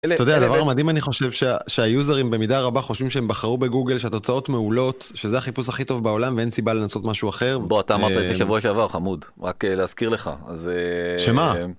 אתה יודע, הדבר המדהים, אני חושב, שהיוזרים במידה רבה חושבים שהם בחרו בגוגל, שהתוצאות מעולות, שזה החיפוש הכי טוב בעולם ואין סיבה לנסות משהו אחר. בוא, אתה אמר את זה שבועי שעבר, חמוד, רק להזכיר לך, אז... שמה?